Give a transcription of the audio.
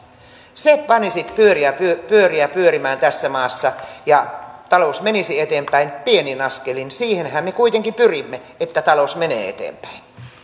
se panisi pyöriä pyöriä pyörimään tässä maassa ja talous menisi eteenpäin pienin askelin siihenhän me kuitenkin pyrimme että talous menee eteenpäin